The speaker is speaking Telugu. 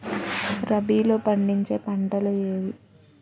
రబీలో పండించే పంటలు ఏవి?